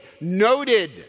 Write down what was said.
noted